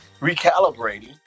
recalibrating